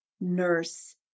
nurse